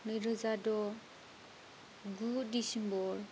नैरोजा द' गु दिसेम्बर